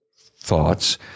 thoughts